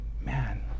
man